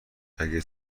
اگه